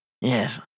Yes